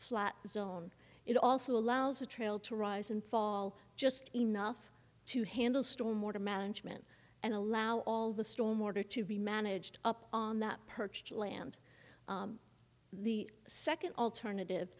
flat zone it also allows a trail to rise and fall just enough to handle storm water management and allow all the storm order to be managed up on that perch land the second alternative